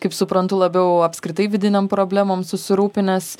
kaip suprantu labiau apskritai vidinėm problemom susirūpinęs